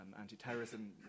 anti-terrorism